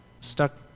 stuck